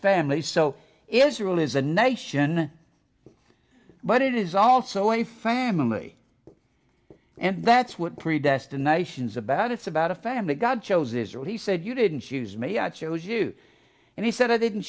family so israel is a nation but it is also a family and that's what predestination is about it's about a family god chose israel he said you didn't choose me i chose you and he said i didn't